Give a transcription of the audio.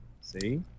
see